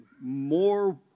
more